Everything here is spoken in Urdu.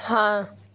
ہاں